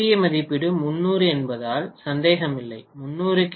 ஏ மதிப்பீடு 300 என்பதில் சந்தேகமில்லை 300 கே